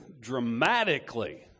dramatically